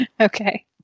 Okay